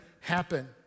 happen